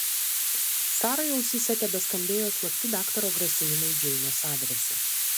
sarai ausyse tebeskambėjo slapti daktaro grasinimai džeinės adresu